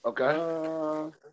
Okay